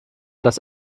das